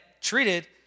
treated